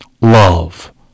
love